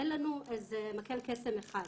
אין לנו איזה מקל קסם אחד.